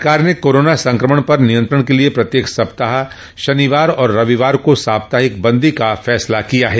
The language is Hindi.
सरकार ने कोरोना संक्रमण पर नियंत्रण के लिये प्रत्येक सप्ताह शनिवार और रविवार को साप्ताहिक बंदी का फैसला किया है